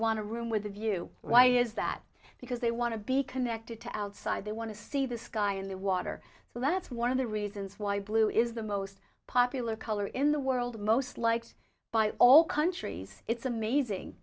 to room with a view why is that because they want to be connected to outside they want to see the sky in the water so that's one of the reasons why blue is the most popular color in the world most liked by all countries it's